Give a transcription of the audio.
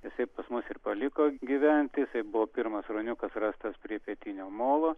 jisai pas mus ir paliko gyventi jisai buvo pirmas ruoniukas rastas prie pietinio molo